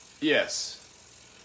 yes